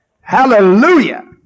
Hallelujah